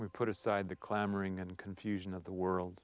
we put aside the clamoring and confusion of the world